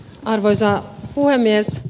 arvoisa puhemies